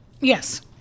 Yes